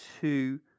two